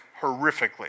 horrifically